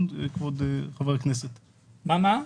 חבר הכנסת גפני,